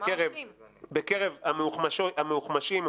בקרב המאוחמ"שים,